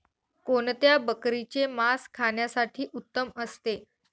कोणत्या बकरीचे मास खाण्यासाठी उत्तम असते?